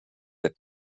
der